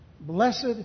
Blessed